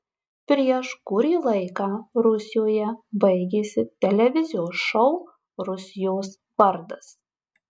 prieš kurį laiką rusijoje baigėsi televizijos šou rusijos vardas